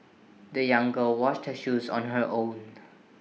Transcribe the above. the young girl washed her shoes on her own